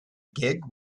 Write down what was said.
gig